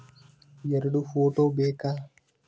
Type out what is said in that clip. ಎರಡು ಫೋಟೋ ಬೇಕಾ?